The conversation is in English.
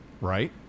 right